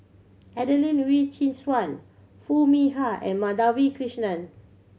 Adelene Wee Chin Suan Foo Mee Har and Madhavi Krishnan